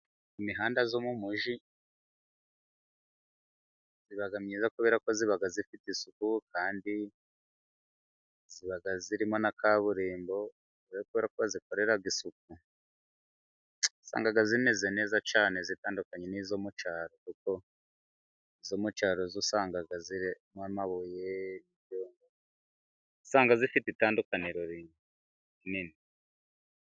Mu mihanda yo mu mugi iba myiza kubera ko iba zifite isuku, kandi iba irimo na kaburimbo, niba ari ukubera ko bayikorera isuku usanga imeze neza cyane itandukanye n'iyo mu cyaro kuko iyo mu cyaro usanga irimo amabuye, usanga ifite itandukaniro rinini.